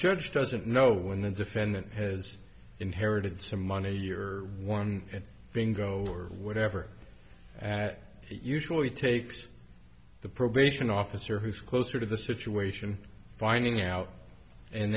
judge doesn't know when the defendant has inherited some money year one being go or whatever and it usually takes the probation officer who's closer to the situation finding out and